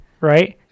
right